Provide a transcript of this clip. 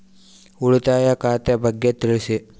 ಉಳಿತಾಯ ಖಾತೆ ಬಗ್ಗೆ ತಿಳಿಸಿ?